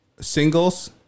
singles